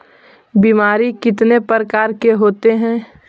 बीमारी कितने प्रकार के होते हैं?